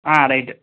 ஆ right